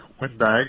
windbag